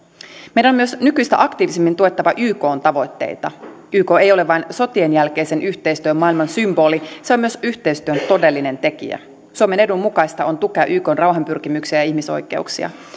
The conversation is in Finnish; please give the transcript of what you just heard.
meidän on myös nykyistä aktiivisemmin tuettava ykn tavoitteita yk ei ole vain sotien jälkeisen yhteistyön maailman symboli se on myös yhteistyön todellinen tekijä suomen edun mukaista on tukea ykn rauhanpyrkimyksiä ja ihmisoikeuksia